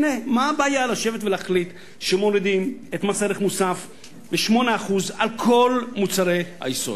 מה הבעיה לשבת ולהחליט שמורידים את מס ערך מוסף ב-8% על כל מוצרי היסוד?